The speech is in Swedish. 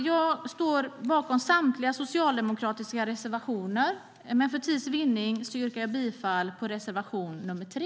Jag står bakom samtliga socialdemokratiska reservationer, men för tids vinnande yrkar jag bifall till reservation nr 3.